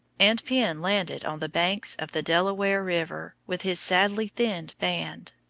and penn landed on the banks of the delaware river with his sadly thinned band.